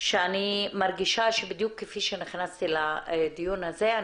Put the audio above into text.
שאני מרגישה שבדיוק כפי שנכנסתי לדיון הזה,